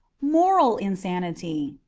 moral insanity.